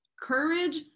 Courage